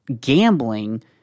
gambling